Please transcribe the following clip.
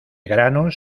granos